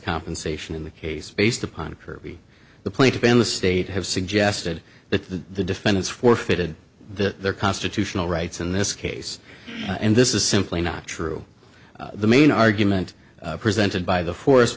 compensation in the case based upon a curvy the plaintiff and the state have suggested that the defendants forfeited their constitutional rights in this case and this is simply not true the main argument presented by the forest